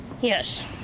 Yes